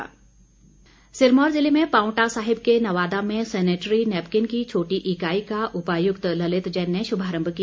unit Sirmaur ज़िले में पांवटा साहिब के नवादा में सैनिटरी नैपकिन की छोटी इकाई का उपायुक्त ललित जैन ने शुभारम्भ किया